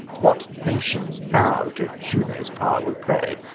what nations now to juno's pow'r will pray,